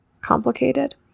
complicated